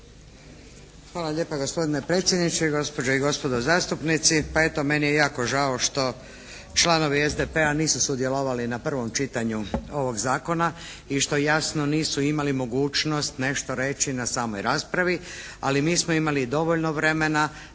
Hvala lijepa gospodine predsjedniče, gospođe i gospodo zastupnici. Pa eto meni je jako žao što članovi SDP-a nisu sudjelovali na prvom čitanju ovog Zakona i što jasno nisu imali mogućnost nešto reći na samoj raspravi, ali mi smo imali dovoljno vremena